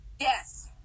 yes